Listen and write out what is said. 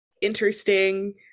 interesting